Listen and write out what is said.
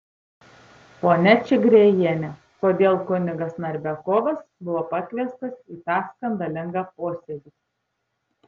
ponia čigriejiene kodėl kunigas narbekovas buvo pakviestas į tą skandalingą posėdį